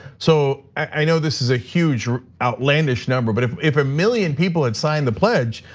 so i know this is a huge, outlandish number, but if if a million people have signed the pledge,